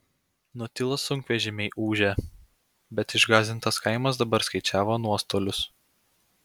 nutilo sunkvežimiai ūžę bet išgąsdintas kaimas dabar skaičiavo nuostolius